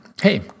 hey